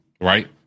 right